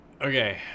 Okay